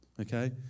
Okay